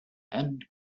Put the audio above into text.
and